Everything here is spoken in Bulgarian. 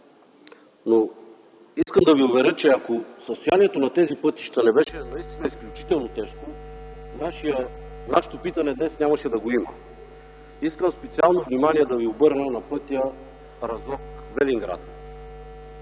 Искам да Ви уверя, че ако състоянието на тези пътища не беше наистина изключително тежко, нашето питане днес нямаше да го има. Искам да Ви обърна специално внимание на пътя Разлог-Велинград.